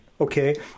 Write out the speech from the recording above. Okay